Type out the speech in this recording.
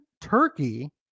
Turkey